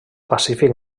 pacífic